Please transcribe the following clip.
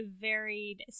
varied